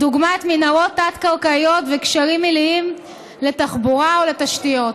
דוגמת מנהרות תת-קרקעיות וגשרים עיליים לתחבורה ולתשתיות.